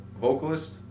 vocalist